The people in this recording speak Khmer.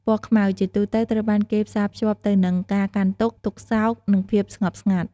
ពណ៌ខ្មៅ ជាទូទៅត្រូវបានគេផ្សារភ្ជាប់ទៅនឹង ការកាន់ទុក្ខ ទុក្ខសោក និងភាពស្ងប់ស្ងាត់។